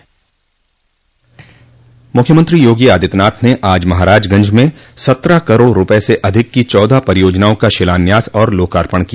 मुख्यमंत्री योगी आदित्यनाथ ने आज महाराजगंज में सत्रह करोड़ रूपये से अधिक की चौदह परियोजनाओं का शिलान्यास और लोकार्पण किया